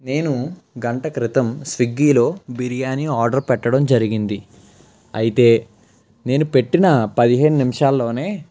నేను గంట క్రితం స్విగ్గిలో బిర్యానీ ఆర్డర్ పెట్టడం జరిగింది అయితే నేను పెట్టిన పదిహేను నిమిషాల్లోనే